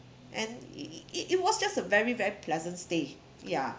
and it it was just a very very pleasant stay ya